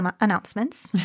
announcements